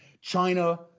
China